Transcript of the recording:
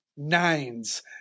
nines